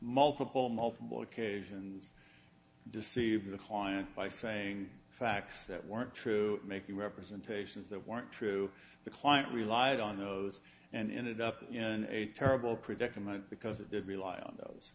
multiple multiple occasions deceive the client by saying facts that weren't true making representations that weren't true the client relied on those and ended up in a terrible predicament because it did rely on those